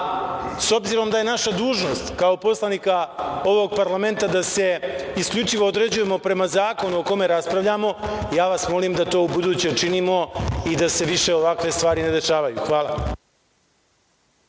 S obzirom da je naša dužnost, kao poslanika ovog parlamenta da se isključivo određujemo prema zakonu o kome raspravljamo, ja vas molim da to ubuduće činimo i da se više ovakve stvari ne dešavaju. Hvala.